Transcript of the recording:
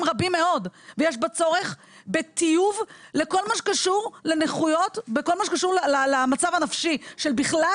רבים מאוד ויש בה צורך בטיוב לכל מה שקשור למצב הנפשי בכלל,